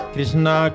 Krishna